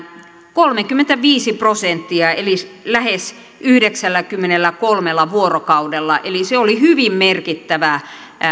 kolmekymmentäviisi prosenttia eli lähes yhdeksälläkymmenelläkolmella vuorokaudella eli se oli hyvin merkittävä